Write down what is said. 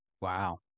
Wow